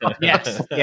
yes